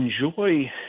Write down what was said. enjoy